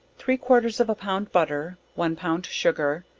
three quarters of a pound butter, one pound sugar,